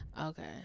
Okay